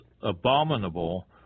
abominable